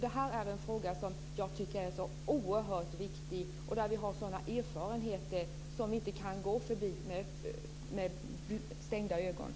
Detta är en oerhört viktig fråga där vi har sådana erfarenheter att vi inte kan gå förbi dem med slutna ögon.